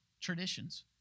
traditions